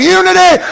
unity